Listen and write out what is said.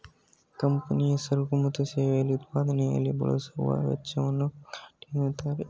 ಕಂಪನಿಯ ಸರಕು ಮತ್ತು ಸೇವೆಯಲ್ಲಿ ಉತ್ಪಾದನೆಯಲ್ಲಿ ಬಳಸುವ ವೆಚ್ಚವನ್ನು ಕಾಸ್ಟ್ ಅಂತಾರೆ